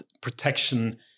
Protection